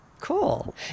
cool